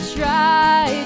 try